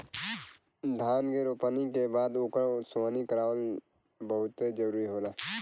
धान के रोपनी के बाद ओकर सोहनी करावल बहुते जरुरी होला